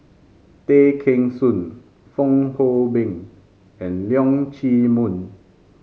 Tay Kheng Soon Fong Hoe Beng and Leong Chee Mun